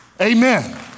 Amen